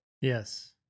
Yes